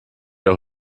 der